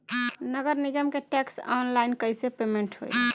नगर निगम के टैक्स ऑनलाइन कईसे पेमेंट होई?